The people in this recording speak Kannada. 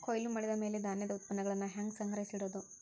ಕೊಯ್ಲು ಮಾಡಿದ ಮ್ಯಾಲೆ ಧಾನ್ಯದ ಉತ್ಪನ್ನಗಳನ್ನ ಹ್ಯಾಂಗ್ ಸಂಗ್ರಹಿಸಿಡೋದು?